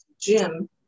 gym